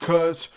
Cause